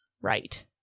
right